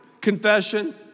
confession